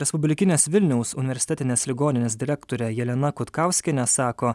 respublikinės vilniaus universitetinės ligoninės direktorė jelena kutkauskienė sako